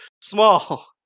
Small